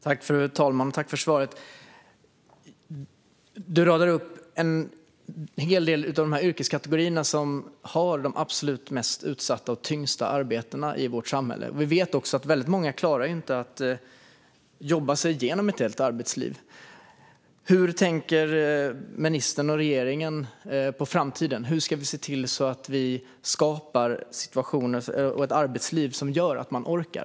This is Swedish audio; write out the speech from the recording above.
Fru talman! Tack för svaret! Ardalan Shekarabi radar upp en hel del av de yrkeskategorier som har de absolut mest utsatta och tyngsta arbetena i vårt samhälle. Vi vet att många inte klarar att jobba sig igenom ett helt arbetsliv. Hur tänker ministern och regeringen på framtiden? Hur ska vi se till att vi skapar situationer och ett arbetsliv som gör att man orkar?